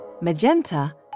magenta